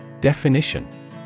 Definition